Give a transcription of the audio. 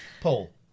Paul